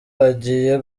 hagiye